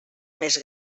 més